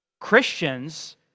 Christians